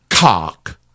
Cock